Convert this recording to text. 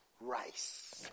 rice